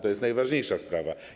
To jest najważniejsza sprawa.